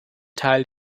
teil